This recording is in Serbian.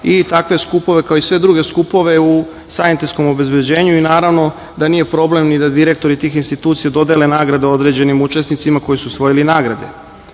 i takve skupove, kao i sve druge skupove u sanitetskom obezbeđenju i naravno da nije problem da direktori tih institucija dodele nagrade određenim učesnicima koji su osvojili nagrade. Kada